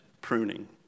pruning